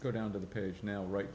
go down to the page now right